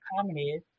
comedy